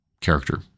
character